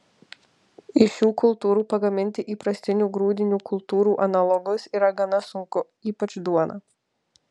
iš šių kultūrų pagaminti įprastinių grūdinių kultūrų analogus yra gana sunku ypač duoną